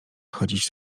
chodzić